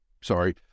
Sorry